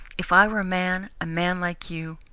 if i were a man, a man like you,